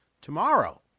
tomorrow